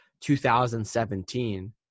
2017